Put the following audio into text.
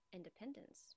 independence